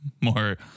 More